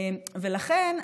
ולכן,